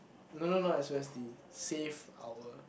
no no no S_O_S_D save our